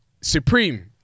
Supreme-